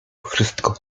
wszystko